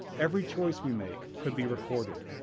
every choice we make could be recorded,